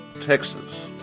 Texas